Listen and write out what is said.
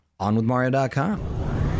onwithmario.com